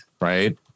Right